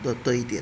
的的一点